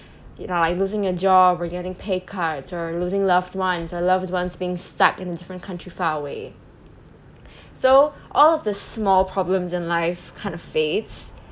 you know like losing your job or getting pay cuts or losing loved ones your loved ones being stuck in a different country faraway so all of the small problems in life kind of fades